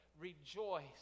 rejoice